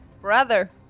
brother